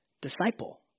disciple